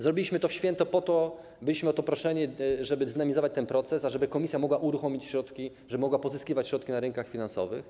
Zrobiliśmy to w święto po to, byliśmy o to proszeni, żeby zrealizować ten proces, ażeby Komisja mogła uruchomić środki, żeby mogła pozyskiwać środki na rynkach finansowych.